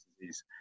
disease